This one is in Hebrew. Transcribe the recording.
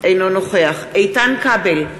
אינו נוכח איתן כבל,